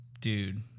dude